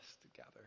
together